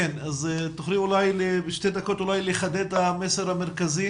תוכלי בשתי דקות לחדד את המסר המרכזי